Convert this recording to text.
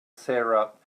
syrup